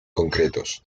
concretos